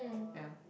yeah